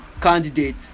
candidate